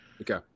Okay